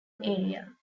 area